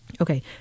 Okay